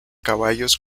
caballos